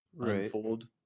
unfold